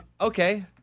Okay